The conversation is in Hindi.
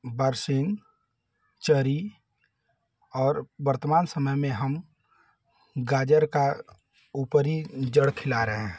बरसिंग चरी और वर्तमान समय में हम गाजर की ऊपरी जड़ खिला रहे हैं